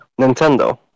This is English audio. Nintendo